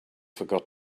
forgot